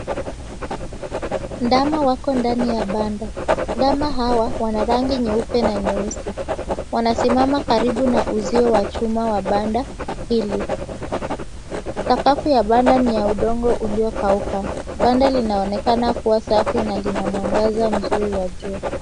Ndama wako ndani ya banda. Ndama hawa wana rangi nyeupe na nyeusi , wanasimama karibu na uzio wa chuma wa banda hili. Sakafu ya banda ni ya udongo uliokauka. Banda linaonekana kuwa safi na linamwangaza mzuri wa jua.